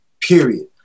Period